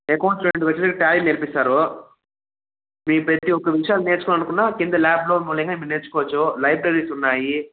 మీకు నేర్పిస్తారు మీ ప్రతీ ఒక విషయాన్ని నేర్చుకోవాలనుకున్న కింద ల్యాబ్లో నేర్చుకొవచ్చు లైబ్రరీస్ ఉన్నాయి